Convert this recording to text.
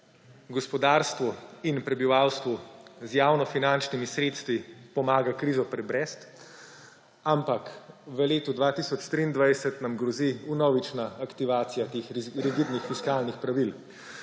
gospodarstvu in prebivalstvu z javnofinančnimi sredstvi pomaga krizo prebroditi. Ampak v letu 2023 nam grozi vnovična aktivacija teh rigidnih fiskalnih pravil,